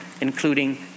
including